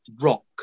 Rock